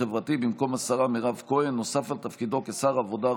חברתי במקום השרה מירב כהן נוסף על תפקידו כשר העבודה,